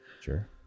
Sure